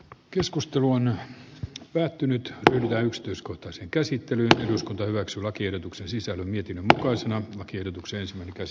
keskustelu on päättynyt ja yksityiskohtaisen käsittely uskonto hyväksyi lakiehdotuksen sisälämmitin valoisana lakiehdotuksen ratkaisee